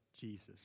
Jesus